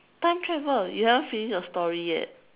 time travel you haven't finish your story yet